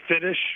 finish